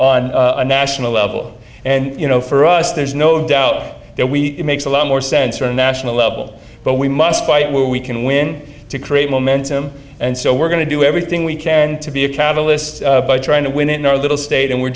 on a national level and you know for us there's no doubt that we makes a lot more sense for a national level but we must fight where we can win to create momentum and so we're going to do everything we can and to be a catalyst by trying to win in our little state and we're